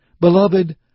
Beloved